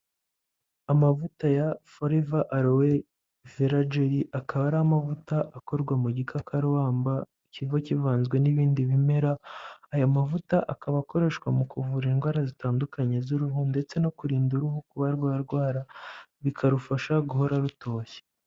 Amavuta ya Forever Aloe Vera Gel akaba ari amavuta akorwa mu gikakarubamba kiba kivanzwe n'ibindi bimera, aya mavuta akaba akoreshwa mu kuvura indwara zitandukanye z'uruhu ndetse no kurinda uruhu kuba rwarwara bikarufasha guhora rutoshye.